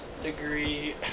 degree